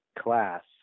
class